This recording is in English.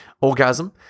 orgasm